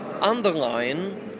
underline